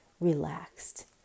relaxed